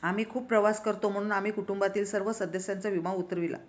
आम्ही खूप प्रवास करतो म्हणून आम्ही कुटुंबातील सर्व सदस्यांचा विमा उतरविला